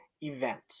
event